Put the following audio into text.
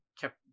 Kept